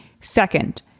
Second